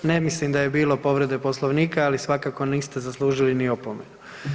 Ne mislim da je bilo povrede Poslovnika, ali svakako niste zaslužili ni opomenu.